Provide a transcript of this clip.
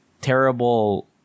terrible